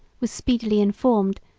was speedily informed,